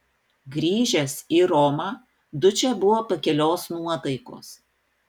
grįžęs į romą dučė buvo pakilios nuotaikos